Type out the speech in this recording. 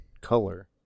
color